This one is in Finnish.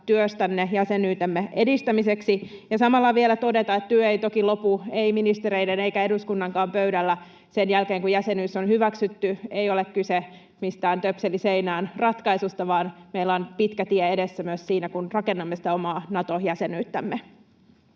työstänne jäsenyytemme edistämiseksi ja samalla vielä todeta, että työ ei toki lopu, ei ministereiden eikä eduskunnankaan pöydällä, sen jälkeen, kun jäsenyys on hyväksytty. Ei ole kyse mistään töpseli seinään ‑ratkaisusta, vaan meillä on pitkä tie edessä myös siinä, kun rakennamme sitä omaa Nato-jäsenyyttämme.